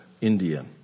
India